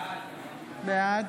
בעד